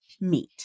meat